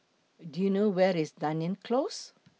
Do YOU know Where IS Dunearn Close